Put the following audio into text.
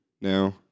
now